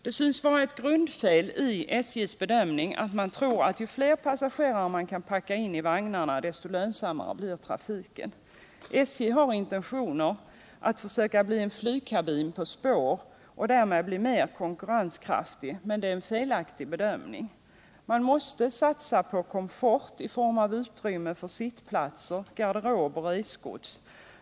Det synes vara ett grundfel i SJ:s bedömning att man tror att ju fler passagerare man kan packa in i vagnarna, desto lönsammare blir trafiken. SJ har intentionen att försöka göra järnvägsvagnarna till flygkabiner på spår och därmed bli mer konkurrenskraftigt. Men det är en felaktig bedömning. Man måste däremot satsa på komfort i form av utrymme för sittplatser, garderob och resgods.